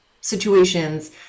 situations